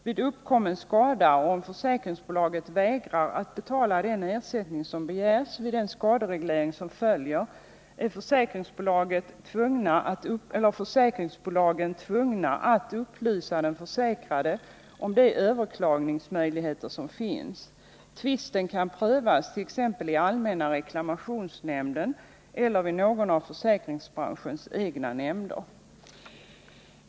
Vid uppkommen skada och om försäkringsbolaget vägrar att betala den ersättning som begärs vid den skadereglering som följer är försäkringsbolagen tvungna att upplysa den försäkrade om de överklagningsmöjligheter som finns. Tvisten kan prövas t.ex. i allmänna reklamationsnämnden eller vid någon av försäkringsbranschens egna nämnder.